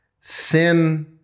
Sin